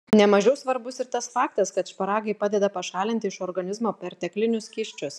ne mažiau svarbus ir tas faktas kad šparagai padeda pašalinti iš organizmo perteklinius skysčius